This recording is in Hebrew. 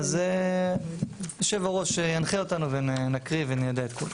אז יושב הראש ינחה אותנו ונקריא וניידע.